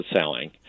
selling